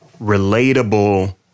relatable